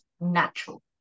natural